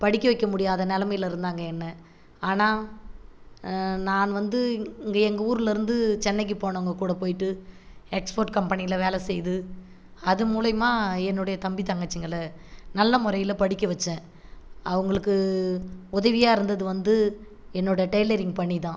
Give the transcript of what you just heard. படிக்க வைக்க முடியாத நிலமைல இருந்தாங்க என்ன ஆனால் நான் வந்து இங்கே எங்கள் ஊர்லருந்து சென்னைக்கு போனவங்க கூட போயிவிட்டு எக்ஸ்போர்ட் கம்பெனியில வேலை செய்து அது மூலியமாக என்னுடைய தம்பி தங்கச்சிங்களை நல்ல முறையில் படிக்க வச்சேன் அவங்களுக்கு உதவியாக இருந்தது வந்து என்னோட டெய்லரிங் பணி தான்